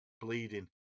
bleeding